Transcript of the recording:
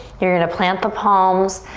you're gonna plant the palms,